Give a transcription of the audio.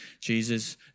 Jesus